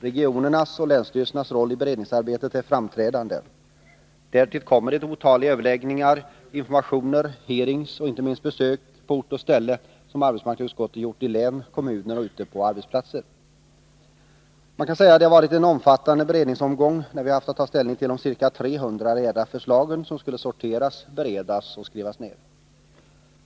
Regionernas och länsstyrelsernas roll i beredningsarbetet är framträdande. Därtill kommer de otaliga överläggningar, informationer, hearings och inte minst besök på ort och ställe som arbetsmarknadsutskottet gjort i län, kommuner och ute på arbetsplatser. Man kan säga att det har varit en omfattande beredningsomgång, när vi haft att ta ställning till de ca 300 reella förslagen, som skulle sorteras, beredas och skrivas ner.